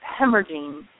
hemorrhaging